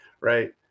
Right